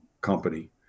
company